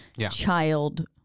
child